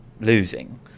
losing